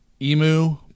emu